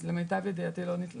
אז למיטב ידיעתי לא ניטלה הסמכה.